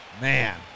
Man